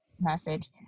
message